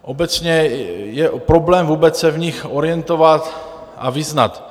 Obecně je problém vůbec se v nich orientovat a vyznat.